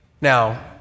Now